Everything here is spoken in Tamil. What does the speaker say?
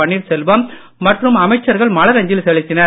பன்னீர்செல்வம் மற்றும் அமைச்சர்கள் மலரஞ்சலி செலுத்தினர்